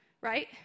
right